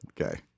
Okay